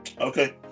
okay